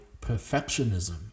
perfectionism